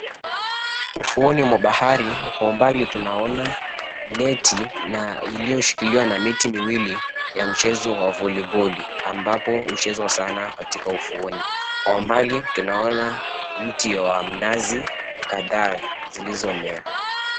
Ufuoni mwa bahari, kwa umbali tunaona neti na iliyoshikiliwa na miti mwili ya mchezo wa voliboli ambapo huchezwa sana katika ufuoni. Kwa umbali tunaona mti wa mnazi kadhaa zilizomea.